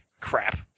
Crap